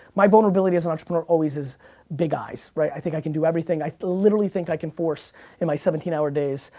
my vulnerability as an entrepreneur always is big eyes, eyes, i think i can do everything, i literally think i can force in my seventeen hour days,